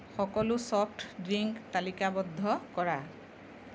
সকলো soft drink তালিকাবদ্ধ কৰা